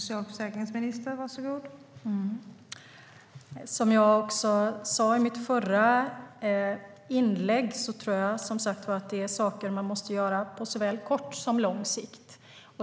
Fru talman! Som jag sade i mitt förra inlägg tror jag som sagt att det är saker man måste göra på såväl kort som lång sikt.